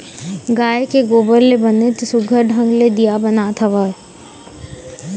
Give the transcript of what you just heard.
गाय के गोबर ले बनेच सुग्घर ढंग ले दीया बनात हवय